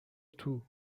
توکسی